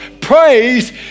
praise